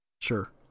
Sure